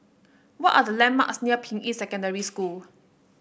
what are the landmarks near Ping Yi Secondary School